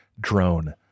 drone